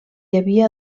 havia